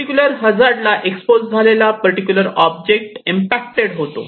particular hazard ला expose झालेला particular object impacted होतो